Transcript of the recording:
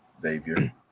Xavier